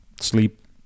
sleep